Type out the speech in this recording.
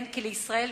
לישראל